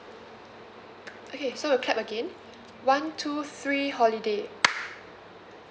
okay so we clap again one two three holiday